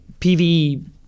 PVE